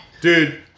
Dude